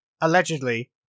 allegedly